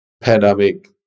pandemic